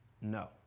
No